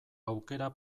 aukera